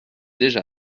déjà